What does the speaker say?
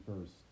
first